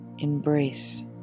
Embrace